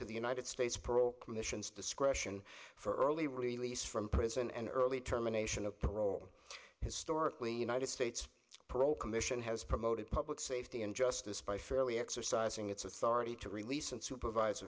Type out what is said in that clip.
to the united states parole commission's discretion for early release from prison and early termination of parole historically united states parole commission has promoted public safety and justice by fairly exercising its authority to release and supervise